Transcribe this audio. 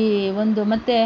ಈ ಒಂದು ಮತ್ತೆ